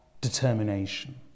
determination